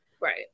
Right